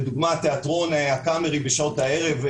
לדוגמה תיאטרון הקאמרי בשעות הערב.